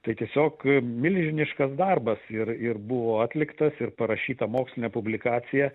tai tiesiog milžiniškas darbas ir ir buvo atliktas ir parašyta mokslinė publikacija